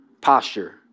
posture